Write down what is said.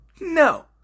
No